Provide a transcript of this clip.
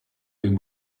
been